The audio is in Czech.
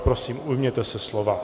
Prosím, ujměte se slova.